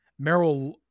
Meryl